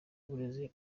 uburezi